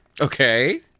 Okay